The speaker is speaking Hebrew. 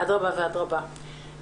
אדרבא ואדרבא.